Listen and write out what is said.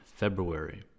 February